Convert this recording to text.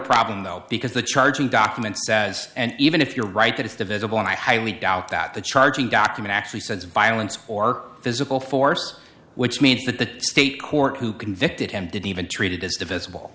problem though because the charging document says and even if you're right that it's divisible and i highly doubt that the charging document actually says violence or physical force which means that the state court who convicted him didn't even treat it as divisible